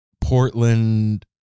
Portland